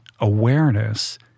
awareness